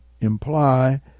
imply